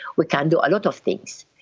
we can do a lot of things,